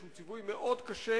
שהוא ציווי מאוד קשה